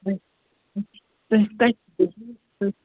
تۅہہِ کَتہِ